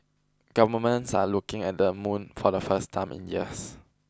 governments are looking at the moon for the first time in years